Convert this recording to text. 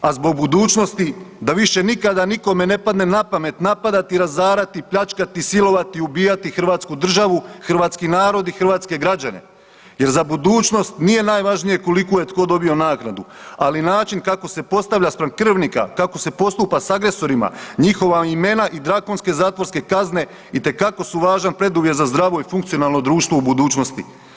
A zbog budućnosti da više nikada nikome ne padne na pamet napadati, razarati, pljačkati, silovati, ubijati hrvatsku državu, hrvatski narod i hrvatske građane jer za budućnost nije najvažnije koliko je tko dobio nagradu, ali način kako se postavlja spram krvnika, kako se postupa s agresorima, njihova imena i drakonske zatvorske kazne itekako su važan preduvjet za zdravo i funkcionalno društvo u budućnosti.